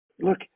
Look